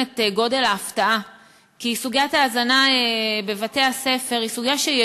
אלא ההבנה הקשה שגם בדבר הזה יש חוסר שוויוניות